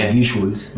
visuals